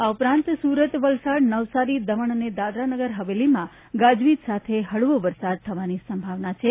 આ ઉપરાંત સુરત વલસાડ નવસારી દમણ તથા દાદરાનગર હવેલીમાં ગાજવીજ સાથે હળવો વરસાદ થવાની સંભાવના છે